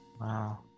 Wow